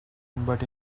but